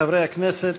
חברי הכנסת,